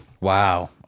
wow